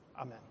Amen